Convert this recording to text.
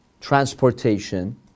transportation